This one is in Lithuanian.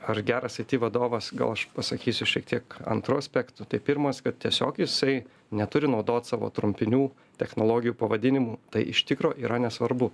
ar geras aiti vadovas gal aš pasakysiu šiek tiek antru aspektu tai pirmas kad tiesiog jisai neturi naudot savo trumpinių technologijų pavadinimų tai iš tikro yra nesvarbu